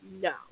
No